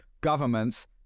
governments